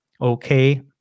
okay